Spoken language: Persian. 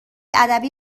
ادبی